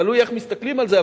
תלוי איך מסתכלים על זה,